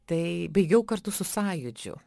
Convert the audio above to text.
tai baigiau kartu su sąjūdžiu